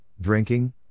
drinking